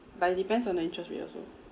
but it depends on the interest rate also